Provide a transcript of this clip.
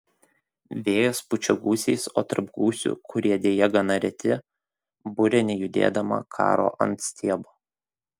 vėjas pučia gūsiais o tarp gūsių kurie deja gana reti burė nejudėdama karo ant stiebo